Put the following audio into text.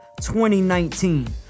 2019